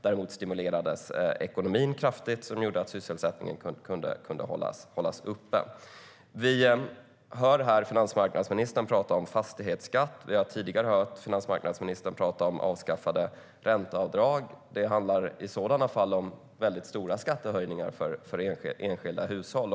Däremot stimulerades ekonomin kraftigt, som gjorde att sysselsättningen kunde hållas uppe. Vi hör här finansmarknadsministern prata om fastighetsskatt. Vi har tidigare hört finansmarknadsministern prata om avskaffade ränteavdrag. Det handlar i sådana fall om väldigt stora skattehöjningar för enskilda hushåll.